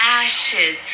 ashes